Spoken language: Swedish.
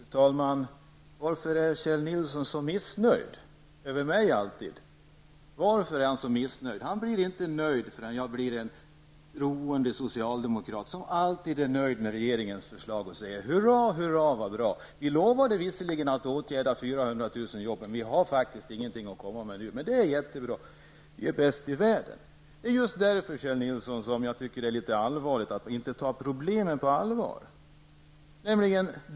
Fru talman! Varför är Kjell Nilsson alltid så missnöjd med mig? Han blir nog inte nöjd förrän jag blir en troende socialdemokrat som alltid är till freds med regeringens förslag och säger: Hurra, hurra, vad bra! Vi lovade visserligen att ta itu med de 400 000 jobben. Men vi har faktiskt ingenting att komma med nu. Vi är dock bäst i världen. Det är just mot den bakgrunden som jag tycker att det är litet bekymmersamt att problemen inte tas på allvar.